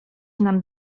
nam